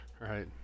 Right